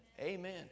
Amen